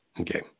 Okay